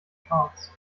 charles